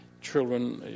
children